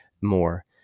more